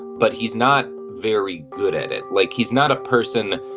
but he's not very good at it. like he's not a person.